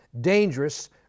dangerous